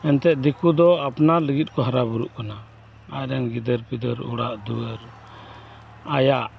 ᱮᱱᱛᱮ ᱫᱤᱠᱩ ᱫᱚ ᱟᱯᱱᱟᱨ ᱞᱟᱹᱜᱤᱫ ᱠᱚ ᱦᱟᱨᱟ ᱵᱩᱨᱩᱜ ᱠᱟᱱᱟ ᱟᱡᱨᱮᱱ ᱜᱤᱫᱟᱹᱨ ᱯᱤᱫᱟᱹᱨ ᱚᱲᱟᱜ ᱫᱩᱣᱟᱹᱨ ᱟᱭᱟᱜ